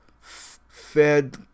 fed